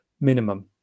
minimum